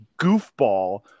goofball